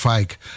Fike